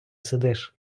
сидиш